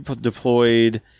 deployed